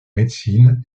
médecine